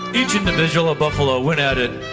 each individual ah buffalo went at it